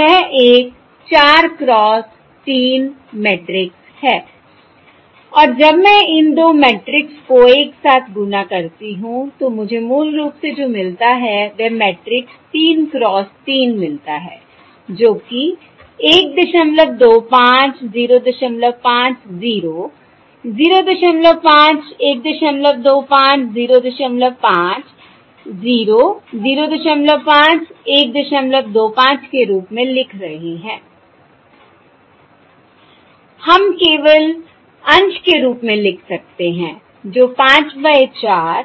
यह एक 4 cross 3 matrix है और जब मैं इन दो मैट्रिक्स को एक साथ गुणा करती हूं तो मुझे मूल रूप से जो मिलता है वह मैट्रिक्स 3 क्रॉस 3 मिलता हैं जो कि 125 05 0 05 125 05 0 05 125 के रूप में लिख रहे हैं हम केवल अंश के रूप में लिख सकते हैं जो 5 बाय 4